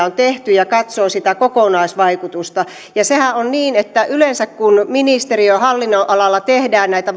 on tehty ja katsoo sitä kokonaisvaikutusta ja sehän on niin että yleensä kun ministeriön hallinnonalalla tehdään näitä